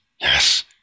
Yes